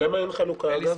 למה אין חלוקה, אגב?